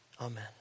Amen